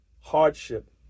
hardship